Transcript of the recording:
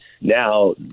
Now